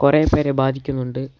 കുറേപേരെ ബാധിക്കുന്നുണ്ട്